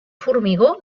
formigó